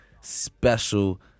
special